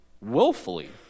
willfully